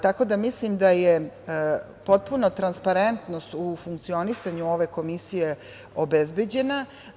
Tako da, mislim da je potpuna transparentnost u funkcionisanju ove Komisije obezbeđena.